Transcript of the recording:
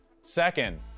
second